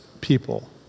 people